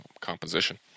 composition